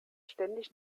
ständig